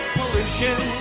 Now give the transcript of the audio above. pollution